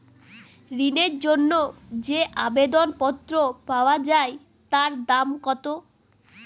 ঋণের জন্য যে আবেদন পত্র পাওয়া য়ায় তার দাম কত?